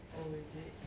oh is it